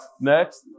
Next